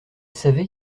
savait